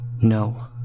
No